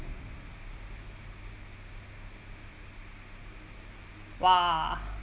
!wah!